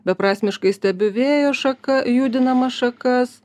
beprasmiškai stebiu vėjo šaka judinamas šakas